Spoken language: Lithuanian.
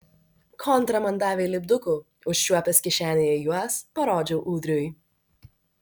kontra man davė lipdukų užčiuopęs kišenėje juos parodžiau ūdriui